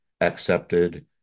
accepted